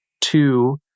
Two